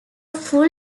full